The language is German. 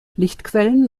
lichtquellen